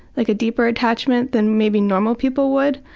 like a deeper attachment than maybe normal people would?